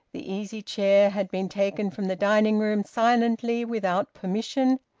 the easy-chair had been taken from the dining-room, silently, without permission,